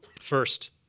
First